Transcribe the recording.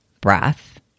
breath